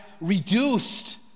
reduced